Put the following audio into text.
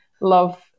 love